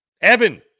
Evan